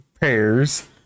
pairs